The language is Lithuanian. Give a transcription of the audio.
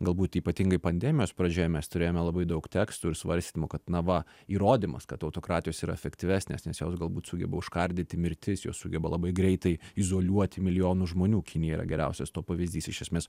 galbūt ypatingai pandemijos pradžioje mes turėjome labai daug tekstų ir svarstymų kad na va įrodymas kad autokratijos yra efektyvesnės nes jos galbūt sugeba užkardyti mirtis jos sugeba labai greitai izoliuoti milijonus žmonių kinija yra geriausias to pavyzdys iš esmės